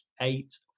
eight